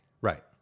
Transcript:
right